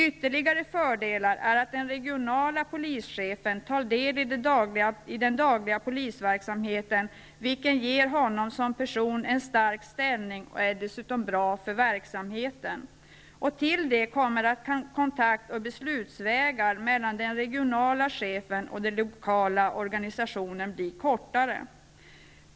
Ytterligare fördelar är att den regionala polischefen tar del i den dagliga polisverksamheten, vilket ger honom som person en stark ställning och dessutom är bra för verksamheten. Till det kommer att kontakt och beslutsvägar mellan den regionala chefen och den lokala organisationen blir kortare.